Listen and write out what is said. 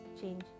change